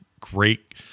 great